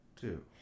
Two